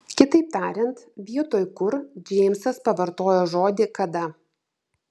kitaip tariant vietoj kur džeimsas pavartojo žodį kada